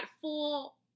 full